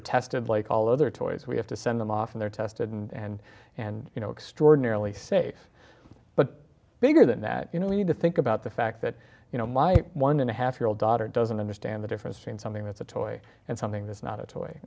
are tested like all other toys we have to send them off and they're tested and and you know extraordinarily safe but bigger than that you know we need to think about the fact that you know my one and a half year old daughter doesn't understand the difference between something that's a toy and something that's not a toy